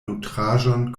nutraĵon